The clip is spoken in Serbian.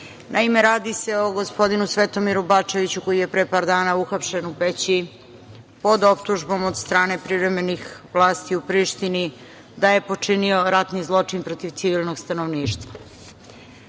radi se o gospodinu Svetomiru Bačeviću koji je pre par dana uhapšen u Peći pod optužbom od strane privremenih vlasti u Prištini da je počinio ratni zločin protiv civilnog stanovništava. Kancelarija